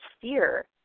fear